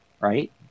right